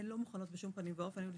הן לא מוכנות בשום פנים ואופן, אמרו לנו: